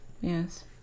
Yes